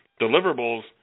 deliverables